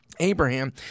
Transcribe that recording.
abraham